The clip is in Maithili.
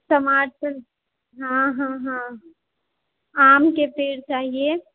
टमाटर हऽ हऽ हऽ आमके पेड़ चाहिए